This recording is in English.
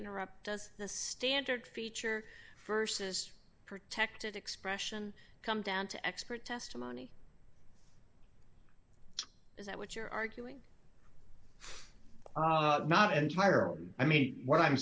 interruptus the standard feature st has protected expression come down to expert testimony is that what you're arguing for not entirely i mean what i'm